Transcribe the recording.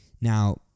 Now